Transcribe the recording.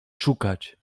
szukać